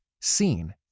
seen